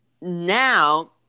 Now